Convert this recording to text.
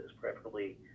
preferably